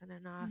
enough